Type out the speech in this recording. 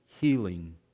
healing